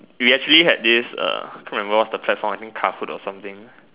we actually had this uh can't remember what's the platform I think kahoot or something